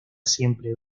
siempre